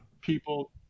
people